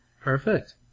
Perfect